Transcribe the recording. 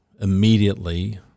immediately